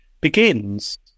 begins